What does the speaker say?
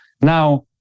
Now